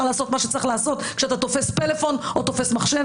לעשות מה שצריך לעשות כשאתה תופס פלאפון או תופס מחשב.